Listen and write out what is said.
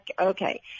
Okay